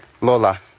Lola